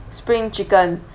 spring chicken